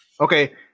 Okay